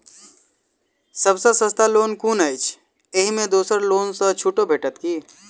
सब सँ सस्ता लोन कुन अछि अहि मे दोसर लोन सँ छुटो भेटत की?